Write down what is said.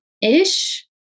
ish